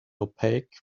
opaque